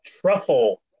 Truffle